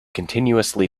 continuously